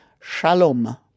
shalom